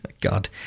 God